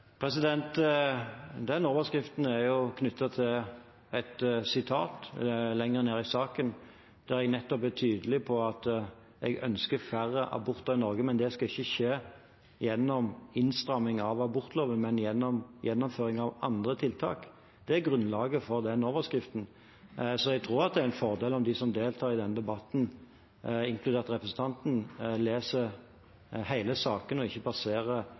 Den overskriften er jo knyttet til et sitat lenger ned i saken der jeg nettopp er tydelig på at jeg ønsker færre aborter i Norge, men at det ikke skal skje gjennom innstramning av abortloven, men ved gjennomføring av andre tiltak. Det er grunnlaget for den overskriften. Så jeg tror det er en fordel om de som deltar i denne debatten, inkludert representanten, leser hele saken og ikke